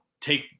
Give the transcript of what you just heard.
take